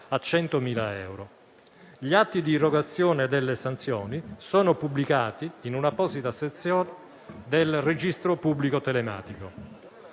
a 100.000 euro. Gli atti di irrogazione delle sanzioni sono pubblicati in un'apposita sezione del registro pubblico telematico.